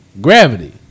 gravity